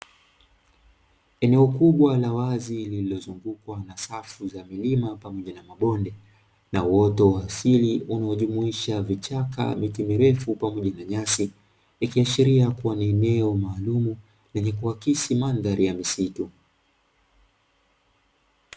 Eneo kubwa la wazi lililozungukwa na safu za milima pamoja na mabonde na uoto wa asili unaojumuisha vichaka, miti mirefu pamoja na nyasi; ikiashiria kuwa ni eneo maalumu lenye kuakisi mandhari ya misitu.